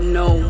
no